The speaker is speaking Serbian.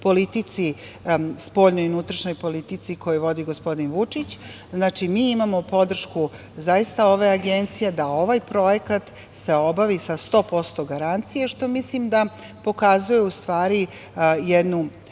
politici spoljnoj i unutrašnjoj koju vodi gospodin Vučić, mi imamo podršku ove Agencije da ovaj projekat se obavi sa 100% garancije, što mislim da pokazuje u stvari jednu